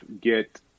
get